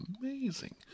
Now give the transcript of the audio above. amazing